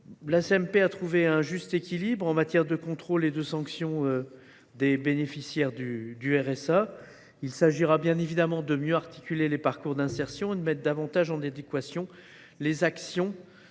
a trouvé un juste équilibre en matière de contrôle et de sanction des bénéficiaires du RSA. Il s’agira bien évidemment de mieux articuler les parcours d’insertion et de mettre davantage en adéquation les actions